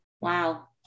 Wow